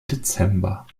dezember